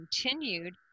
continued